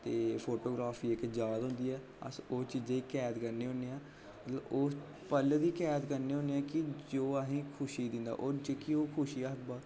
ते फोटोग्रॉफी इक याद होंदी ऐ अस ओह् चीज़ै ई कैद करने होने आं मतलब ओह् पल दी कैद करने होने कि जो असें गी खुशी दिंदा जेह्की ओह् खुशी अस